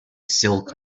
silk